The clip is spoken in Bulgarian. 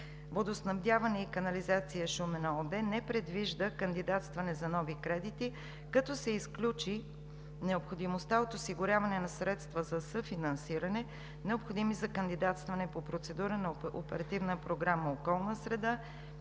„Водоснабдяване и канализация – Шумен“ ООД, не предвижда кандидатстване за нови кредити, като се изключи необходимостта от осигуряване на средства за съфинансиране, необходими за кандидатстване по процедура на Оперативна програма „Околна среда